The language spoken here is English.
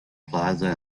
plaza